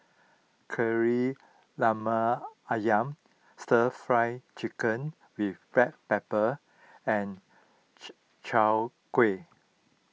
Kari Lemak Ayam Stir Fried Chicken with Black Pepper and Chwee Kueh